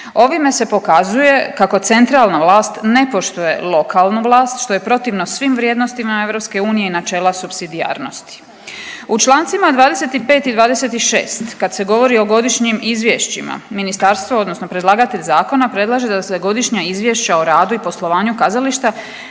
Ovime se pokazuje kako centralna vlast ne poštuje lokalnu vlast što je protivno svim vrijednostima EU i načela supsidijarnosti. U Člancima 25. i 26. kad se govori o godišnjim izvješćima ministarstvo odnosno predlagatelj zakona predlaže da se godišnja izvješća o radu i poslovanju kazališta